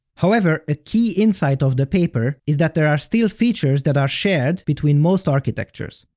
however, a key insight of the paper is that there are still features that are shared between most architectures.